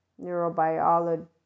neurobiology